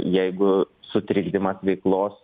jeigu sutrikdymas veiklos